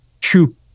true